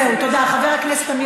את חבר הכנסת עבד אל חכים חאג' יחיא,